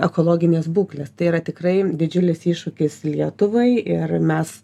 ekologinės būklės tai yra tikrai didžiulis iššūkis lietuvai ir mes